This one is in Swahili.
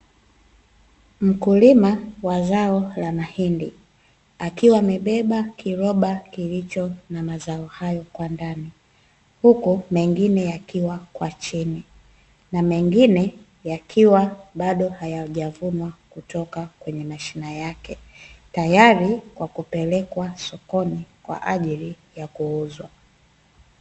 Mkulima wa zao la mahindi, akiwa amebeba kiroba kilicho na mazao hayo kwa ndani. Huku mengine yakiwa kwa chini, na mengine yakiwa bado hayajavunwa kutoka kwenye mashina yake, tayari kwa kupelekwa sokoni kwaajili ya kuuzwa.